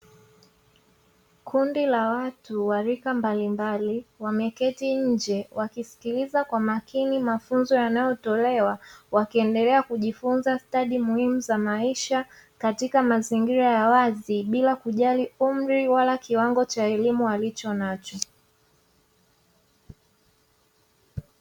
Kundi la watu wa rika mbalimbali, wameketi nje wakisikiliza kwa makini mafunzo yanayotolewa, wakiendelea kujifunza study muhimu za maisha katika mazingira ya wazi bila kujali umri wala kiwango cha elimu alichonacho.